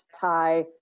tie